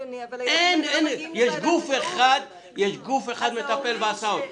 אדוני, אבל הילדים האלה לא מגיעים לוועדת זכאות.